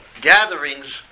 gatherings